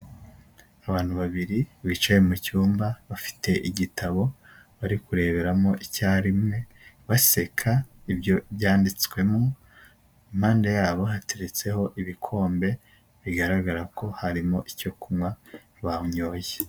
Abantu babiri bicaye mu cyumba. Bafite igitabo bari kureberamo icya rimwe baseka ibyo byanditswemo, impande yabo hateretseho ibikombe bigaragara ko harimo icyo kunywa banyoye.